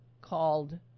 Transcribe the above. called